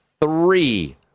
three